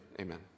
amen